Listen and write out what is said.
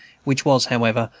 which was, however,